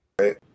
right